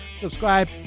subscribe